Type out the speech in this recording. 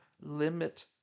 limit